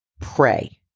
pray